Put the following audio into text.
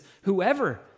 whoever